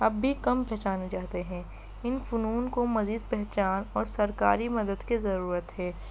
اب بھی کم پہچانے جاتے ہیں ان فنون کو مزید پہچان اور سرکاری مدد کی ضرورت ہے